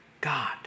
God